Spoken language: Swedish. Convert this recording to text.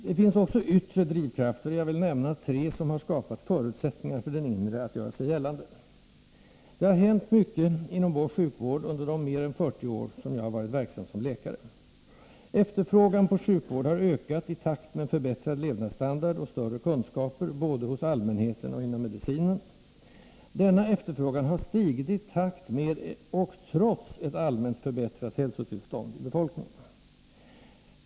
Det finns också yttre drivkrafter, och jag vill nämna tre som har skapat förutsättningar för den inre att göra sig gällande. Det har hänt mycket inom vår sjukvård under de mer än 40 år som jag varit verksam som läkare. Efterfrågan på sjukvård har ökat i takt med en förbättrad levnadsstandard och större kunskaper, både hos allmänheten och inom medicinen. Denna efterfrågan har stigit i takt med — och trots — ett allmänt förbättrat hälsotillstånd hos befolkningen.